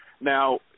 Now